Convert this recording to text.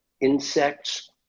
insects